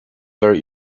very